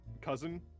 cousin